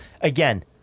again